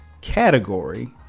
category